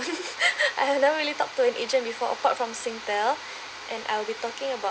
I have never really talk to an agent before apart from Singtel and I'll be talking about